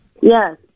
Yes